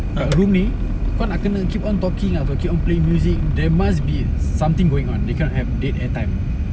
kat room ni kau nak kena keep on talking ah or keep on playing music there must be something going on they